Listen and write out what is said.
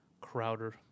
Crowder